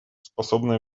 способно